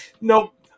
nope